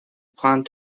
planned